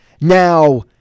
Now